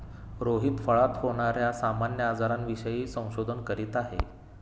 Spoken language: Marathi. रोहित फळात होणार्या सामान्य आजारांविषयी संशोधन करीत आहे